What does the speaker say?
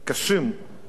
כנראה הפקידים